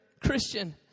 Christian